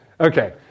Okay